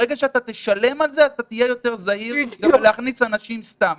ברגע שאתה תשלם על זה אתה תהיה יותר זהיר להכניס אנשים סתם.